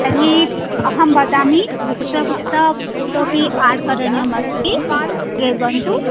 तर्हि अहं वदामि कुत्र कुत्र इतोऽपि एड् करणीयम् अस्ति शृण्वन्तु